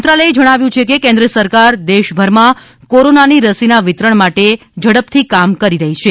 મંત્રાલયે જણાવ્યું છે કે કેન્દ્ર સરકાર દેશભરમાં કોરોનાની રસીના વિતરણ માટે ઝડપથી કામ કરી રહી છે